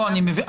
לא, אני מבין.